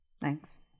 thanks